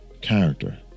character